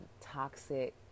toxic